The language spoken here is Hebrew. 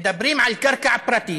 מדברים על קרקע פרטית,